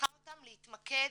שמנחה אותם להתמקד